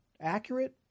accurate